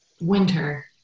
winter